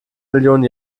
millionen